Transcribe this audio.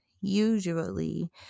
usually